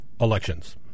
elections